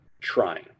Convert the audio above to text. trying